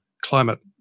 climate